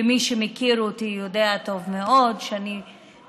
ומי שמכיר אותי יודע טוב מאוד שאכפת